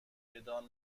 بدان